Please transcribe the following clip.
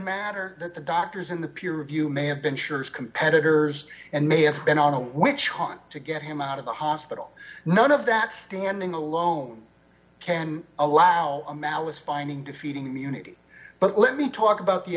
matter that the doctors in the peer review may have been sure it's competitors and may have been on a witch hunt to get him out of the hospital none of that standing alone can allow a mallet finding defeating munity but let me talk about the